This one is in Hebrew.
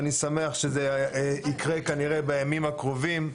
ואני שמח שזה יקרה כנראה בימים הקרובים,